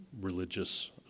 religious